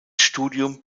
studium